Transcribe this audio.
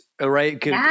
right